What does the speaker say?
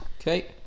Okay